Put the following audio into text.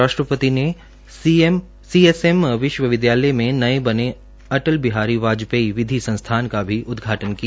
राष्ट्रपति ने सीएसएम विश्वविद्यालय में नये बने अटल बिहारी वाजपेयी विधि संस्थान का भी उदघाटन किया